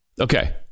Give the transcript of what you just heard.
Okay